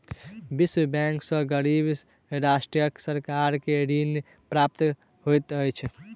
विश्व बैंक सॅ गरीब राष्ट्रक सरकार के ऋण प्राप्त होइत अछि